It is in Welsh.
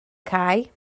cae